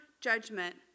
judgment